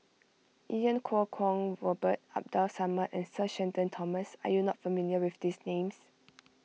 Iau Kuo Kwong Robert Abdul Samad and Sir Shenton Thomas are you not familiar with these names